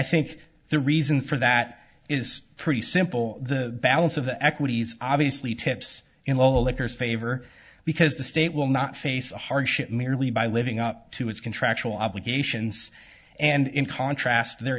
think the reason for that is pretty simple the balance of the equities obviously tips in the electors favor because the state will not face a hardship merely by living up to its contractual obligations and in contrast there